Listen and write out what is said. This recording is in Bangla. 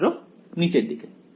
ছাত্র নিচের দিকে